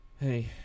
Hey